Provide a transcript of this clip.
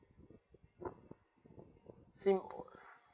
SIM